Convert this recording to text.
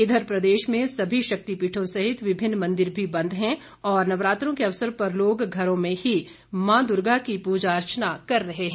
इधर प्रदेश में सभी शक्तिपीठों सहित विभिन्न मंदिर भी बंद हैं और नवरात्रों के अवसर पर लोग घरों में ही मां की पूजा अर्चना कर रहे हैं